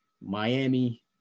Miami